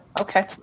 okay